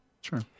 sure